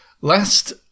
last